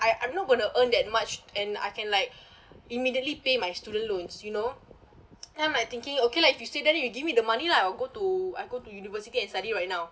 I I'm not going to earn that much and I can like immediately pay my student loans you know then I'm thinking okay lah if you say then you give me the money lah I'll go to I go to university and study right now